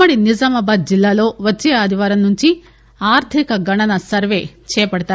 ఉమ్మడి నిజామాబాద్ జిల్లాలో వచ్చే ఆదివారం నుంచి ఆర్థిక గణన సర్వే చేపడతారు